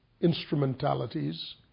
instrumentalities